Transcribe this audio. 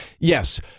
yes